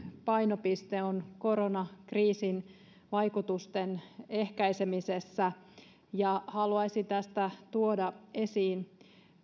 painopiste on koronakriisin vaikutusten ehkäisemisessä haluaisin tästä tuoda esiin